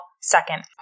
second